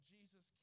Jesus